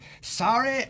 Sorry